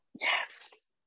Yes